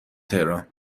تهران